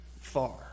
far